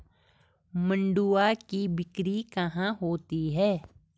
मंडुआ की बिक्री कहाँ होती है?